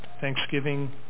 Thanksgiving